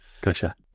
Gotcha